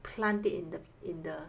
plant it in the in the